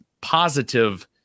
positive